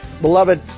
Beloved